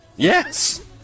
Yes